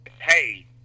Hey